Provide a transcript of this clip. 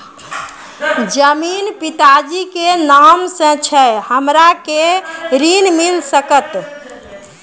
जमीन पिता जी के नाम से छै हमरा के ऋण मिल सकत?